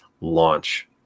launch